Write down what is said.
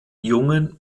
jungen